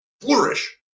flourish